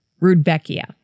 Rudbeckia